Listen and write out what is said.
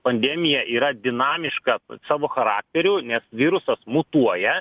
pandemija yra dinamiška savo charakteriu nes virusas mutuoja